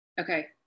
Okay